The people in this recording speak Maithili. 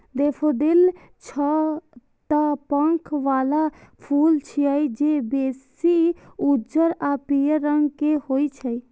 डेफोडील छह टा पंख बला फूल छियै, जे बेसी उज्जर आ पीयर रंग के होइ छै